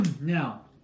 Now